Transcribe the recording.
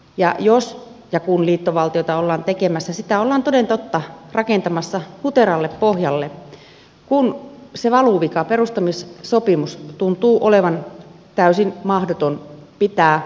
ja jos ja kun liittovaltiota ollaan tekemässä sitä ollaan toden totta rakentamassa huteralle pohjalle kun se valuvika perustamissopimus tuntuu olevan täysin mahdoton pitää ja toteuttaa